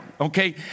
okay